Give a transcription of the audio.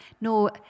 No